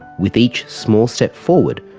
with each small step forward,